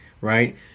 Right